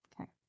Okay